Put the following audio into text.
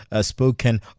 spoken